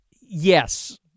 Yes